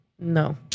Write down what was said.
no